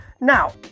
Now